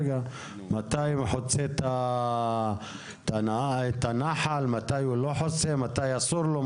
מתי הוא חוצה את הנחל ומתי אסור לו?